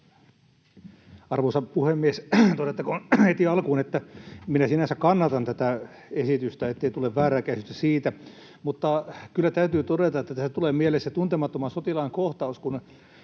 Arvoisa puhemies! Todettakoon heti alkuun, että minä sinänsä kannatan tätä esitystä, ettei tule väärää käsitystä siitä. Mutta kyllä täytyy todeta, että tähän tulee mieleen se Tuntemattoman sotilaan kohtaus,